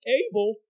able